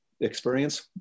experience